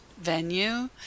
venue